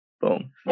Boom